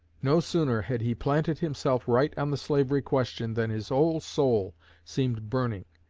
no sooner had he planted himself right on the slavery question than his whole soul seemed burning.